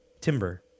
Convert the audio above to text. Timber